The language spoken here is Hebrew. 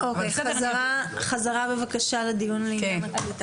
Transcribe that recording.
נחזור לנושא הדיון.